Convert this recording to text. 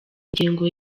ngengo